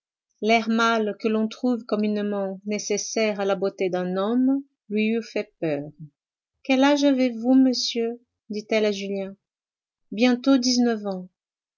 l'air mâle que l'on trouve communément nécessaire à la beauté d'un homme lui eût fait peur quel âge avez-vous monsieur dit-elle à julien bientôt dix-neuf ans